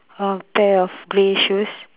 a pair of grey shoes